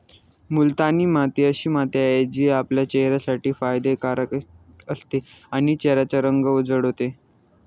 मुलतानी माती अशी माती आहे, जी आपल्या चेहऱ्यासाठी फायदे कारक असते आणि चेहऱ्याचा रंग उजळते